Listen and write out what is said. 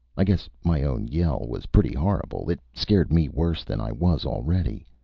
i guess my own yell was pretty horrible. it scared me worse than i was already.